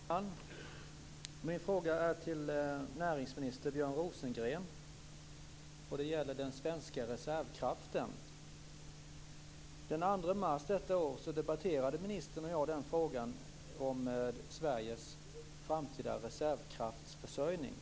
Fru talman! Min fråga riktar sig till näringsminister Björn Rosengren. Det gäller den svenska reservkraften. Den 2 mars detta år debatterade ministern och jag frågan om Sveriges framtida reservkraftsförsörjning.